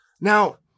Now